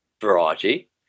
variety